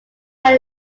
that